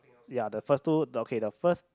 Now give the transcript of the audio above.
ya the first two the okay the first